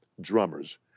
drummers